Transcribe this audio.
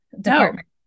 department